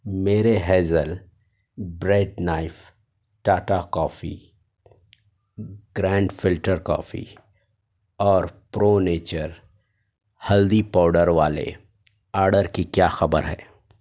میرے hazel bread knife Tata coffee ground filter coffee اور پرونیچر ہلدی پاؤڈر والے آرڈر کی کیا خبر ہے